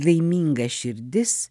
laiminga širdis